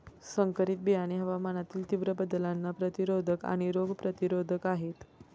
संकरित बियाणे हवामानातील तीव्र बदलांना प्रतिरोधक आणि रोग प्रतिरोधक आहेत